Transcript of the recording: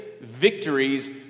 victories